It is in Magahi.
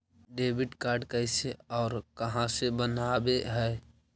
डेबिट कार्ड कैसे और कहां से बनाबे है?